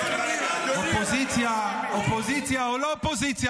אופוזיציה או לא אופוזיציה,